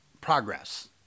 progress